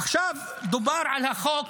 עכשיו דובר על החוק